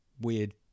weird